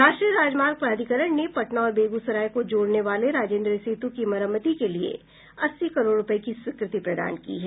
राष्ट्रीय राजमार्ग प्राधिकरण ने पटना और बेगूसराय को जोड़ने वाले राजेन्द्र सेतु की मरम्मति के लिये अस्सी करोड़ रूपये की स्वीकृति प्रदान की है